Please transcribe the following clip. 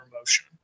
motion